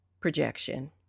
projection